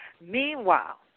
Meanwhile